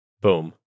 boom